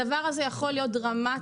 הדבר הזה יכול להיות דרמטי.